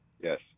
yes